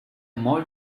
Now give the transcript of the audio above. more